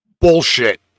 Bullshit